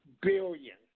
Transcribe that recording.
Billion